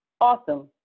awesome